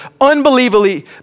unbelievably